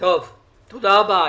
תודה רבה.